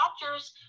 doctors